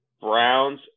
Browns